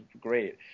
great